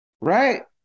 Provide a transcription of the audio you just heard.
Right